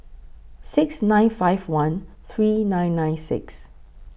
six nine five one three nine nine six